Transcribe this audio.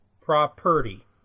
property